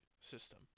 system